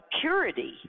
purity